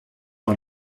par